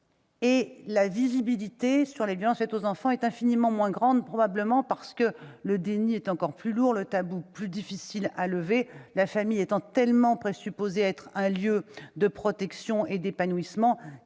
? La visibilité sur les violences faites aux enfants est infiniment moins grande, probablement parce que le déni est encore plus lourd, le tabou plus difficile à lever, la famille étant tellement présupposée être un lieu de protection et d'épanouissement